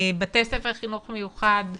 בתי ספר לחינוך מיוחד,